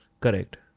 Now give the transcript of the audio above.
Correct